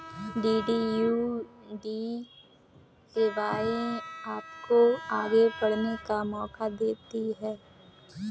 DDU GKY आपको आगे बढ़ने का मौका देती है